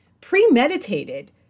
Premeditated